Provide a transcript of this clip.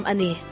Ani